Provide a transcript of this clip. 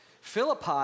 Philippi